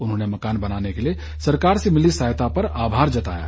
उन्होंने मकान बनाने के लिए सरकार से मिली सहायता पर आभार जताया है